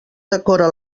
decora